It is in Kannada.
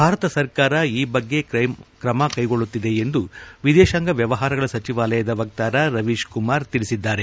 ಭಾರತ ಸರ್ಕಾರ ಈ ಬಗ್ಗೆ ಕ್ರಮ ಕೈಗೊಳ್ಳುತ್ತಿದೆ ಎಂದು ವಿದೇಶಾಂಗ ವ್ಲವಹಾರಗಳ ಸಚಿವಾಲಯದ ವಕ್ತಾರ ರವೀಶ್ಕುಮಾರ್ ತಿಳಿಸಿದ್ದಾರೆ